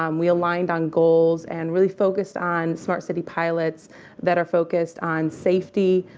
um we aligned on goals and really focused on smart city pilots that are focused on safety,